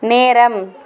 நேரம்